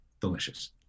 Delicious